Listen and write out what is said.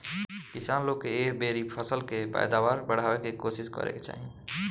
किसान लोग के एह बेरी फसल के पैदावार बढ़ावे के कोशिस करे के चाही